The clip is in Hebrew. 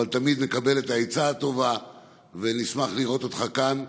אבל תמיד נקבל את העצה הטובה ונשמח לראות אותך כאן.